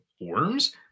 worms